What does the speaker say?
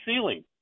ceiling